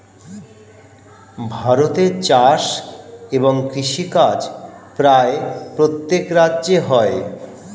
ভারতে চাষ এবং কৃষিকাজ প্রায় প্রত্যেক রাজ্যে হয়